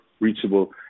reachable